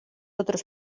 otros